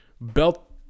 belt